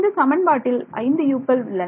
இந்த சமன்பாட்டில் ஐந்து U க்கள் உள்ளன